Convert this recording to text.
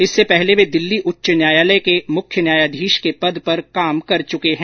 इससे पहले वे दिल्ली उच्च न्यायालय के मुख्य न्यायाधीश के पद पर कार्यरत थे